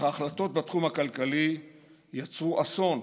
אך ההחלטות בתחום הכלכלי יצרו אסון,